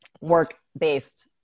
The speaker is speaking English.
work-based